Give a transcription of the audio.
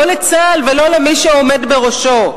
לא לצה"ל ולא למי שעומד בראשו.